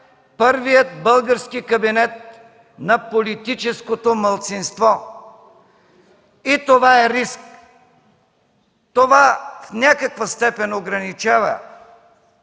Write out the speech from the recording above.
първият български кабинет на политическото малцинство. И това е риск. Това в някаква степен ограничава,